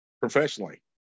professionally